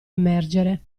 immergere